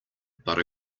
but